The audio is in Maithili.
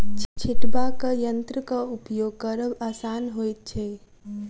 छिटबाक यंत्रक उपयोग करब आसान होइत छै